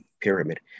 pyramid